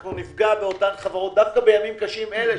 אנחנו נפגע באותן חברות דווקא בימים קשים אלה,